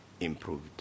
improved